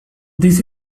this